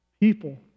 people